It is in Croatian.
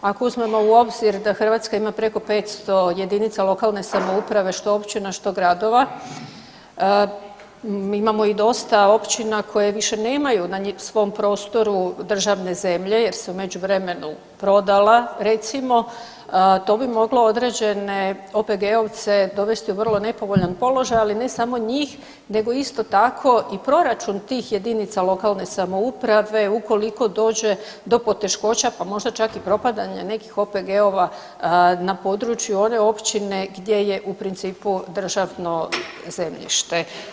Ako uzmemo u obzir da Hrvatska ima preko 500 jedinica lokalne samouprave što općina što gradova, imamo dosta općina koje više nemaju na svom prostoru državne zemlje jer se u međuvremenu prodala recimo, to bi moglo određene OPG-ovce dovesti u vrlo nepovoljan položaj, ali ne samo njih nego isto tako i proračun tih jedinica lokalne samouprave ukoliko dođe do poteškoća pa možda čak i propadanja nekih OPG-ova na području one općine gdje je u principu državno zemljište.